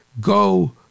go